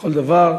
לכל דבר,